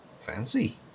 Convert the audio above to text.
Fancy